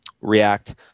React